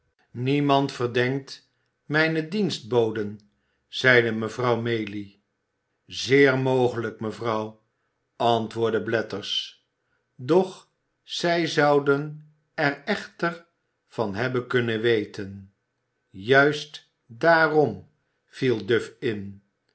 niemand verdenkt mijne dienstboden zeide mevrouw maylie zeer mogelijk mevrouw antwoordde blathers doch zij zouden er echter van hebben kunnen weten juist daarom viel duff in